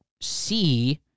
see